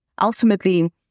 ultimately